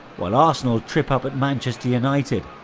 while arsenal trip up at manchester united,